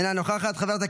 אינה נוכחת,